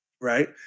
right